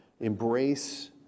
Embrace